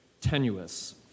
tenuous